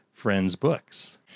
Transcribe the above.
friendsbooks